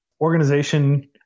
organization